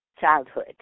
childhood